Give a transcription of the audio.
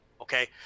okay